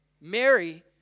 Mary